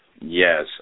Yes